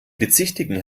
bezichtigen